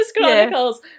chronicles